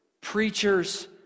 preachers